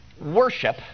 worship